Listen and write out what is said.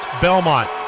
Belmont